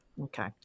Okay